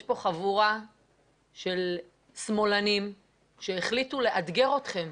יש פה חבורה של שמאלנים שהחליטו לאתגר אתכם,